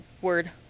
Word